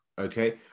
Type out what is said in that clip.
Okay